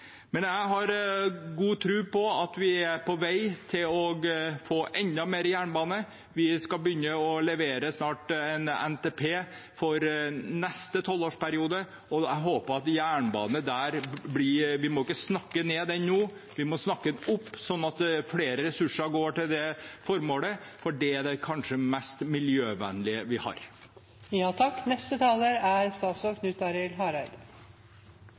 Men jeg har god tro på at vi er på vei til å få enda mer jernbane. Vi skal snart levere en NTP for neste tolvårsperiode – vi må ikke snakke jernbanen ned nå, vi må snakke den opp, sånn at flere ressurser går til det formålet, for det er det kanskje mest miljøvennlige vi har. Dette representantforslaget som ser for seg moglegheita for å sjå på Nye Vegar-modellen inn mot jernbanesektoren, er